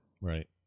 right